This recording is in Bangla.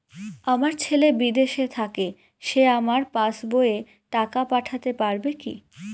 আমার ছেলে বিদেশে থাকে সে আমার পাসবই এ টাকা পাঠাতে পারবে কি?